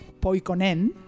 Poikonen